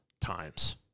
times